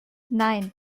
nein